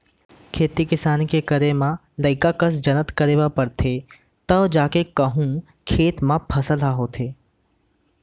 खेती किसानी के करे म लइका कस जनत करे बर परथे तव कहूँ जाके कोनो खेत म फसल ह होथे